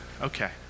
okay